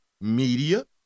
media